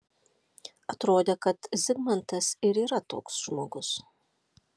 atrodė kad zigmantas ir yra toks žmogus